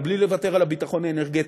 אבל בלי לוותר על הביטחון האנרגטי,